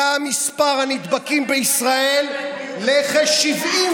עלה מספר הנדבקים בישראל לכ-75,000,